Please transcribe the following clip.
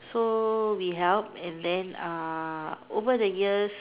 so we help and then uh over the years